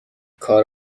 کار